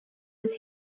was